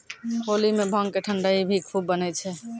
होली मॅ भांग के ठंडई भी खूब बनै छै